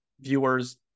viewers